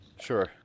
Sure